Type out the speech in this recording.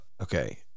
Okay